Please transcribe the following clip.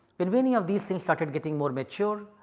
when many of these things started getting more mature,